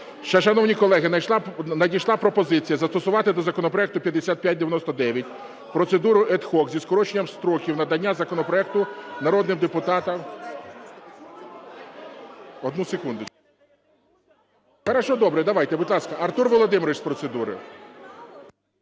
Шановні колеги, надійшла пропозиція застосувати до законопроекту 5599 процедуру ad hoc зі скороченням строків надання законопроекту народним депутатам… (Шум у залі) Одну секундочку. Хорошо, добре, будь ласка, Артур Володимирович – з процедури.